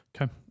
Okay